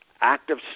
active